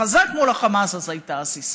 "חזק מול החמאס", אז הייתה הסיסמה.